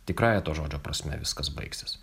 tikrąja to žodžio prasme viskas baigsis